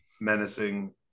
menacing